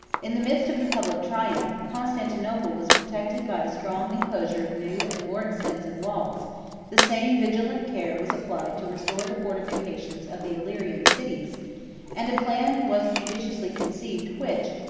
in the midst of the public triumph, constantinople was protected by a strong enclosure of new and more extensive walls the same vigilant care was applied to restore the fortifications of the illyrian cities and a plan was judiciously conceived, which,